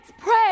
Pray